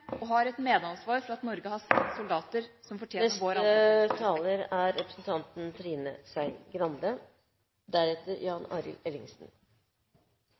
og har et medansvar for at Norge har sine soldater som